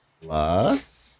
plus